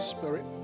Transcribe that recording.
Spirit